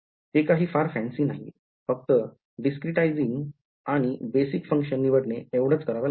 ते काही फार फॅन्सी नाहीये फक्त discretizing आणि बेसिक Function निवडणे एवढाच करावं लागेल